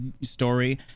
story